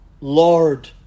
Lord